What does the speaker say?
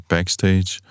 Backstage